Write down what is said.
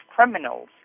criminals